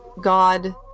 god